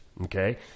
okay